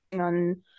on